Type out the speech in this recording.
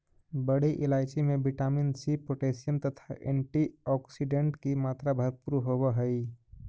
बड़ी इलायची में विटामिन सी पोटैशियम तथा एंटीऑक्सीडेंट की मात्रा भरपूर होवअ हई